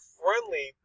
friendly